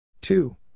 Two